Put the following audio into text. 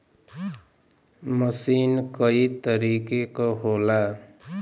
मसीन कई तरीके क होला